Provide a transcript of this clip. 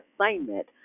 assignment